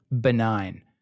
benign